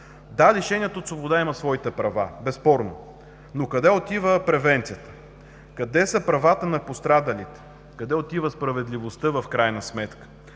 Да, лишеният от свобода има своите права, безспорно. Но къде отива превенцията? Къде са правата на пострадалите? Къде отива справедливостта в крайна сметка?